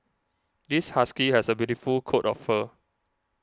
this husky has a beautiful coat of fur